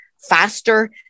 faster